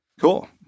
Cool